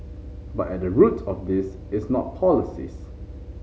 but at the root of this is not policies